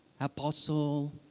Apostle